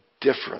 different